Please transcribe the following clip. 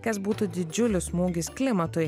kas būtų didžiulis smūgis klimatui